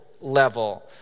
level